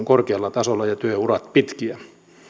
korkealla tasolla ja työurat pitkiä